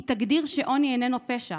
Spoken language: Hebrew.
היא תגדיר שעוני איננו פשע,